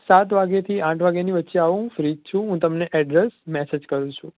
સાત વાગ્યાથી આઠ વાગ્યાની વચ્ચે આવો હું ફ્રી જ છું હું તમને એડ્રેસ મેસેજ કરું છું